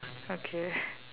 okay